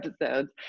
episodes